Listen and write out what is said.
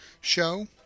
show